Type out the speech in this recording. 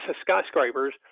skyscrapers